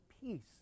peace